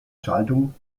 schaltung